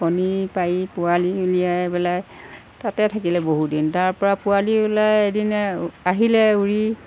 কণী পাৰি পোৱালি উলিয়াই পেলাই তাতে থাকিলে বহু দিন তাৰপৰা পোৱালি ওলাই এদিন আহিলে উৰি